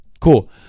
cool